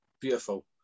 beautiful